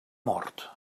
mort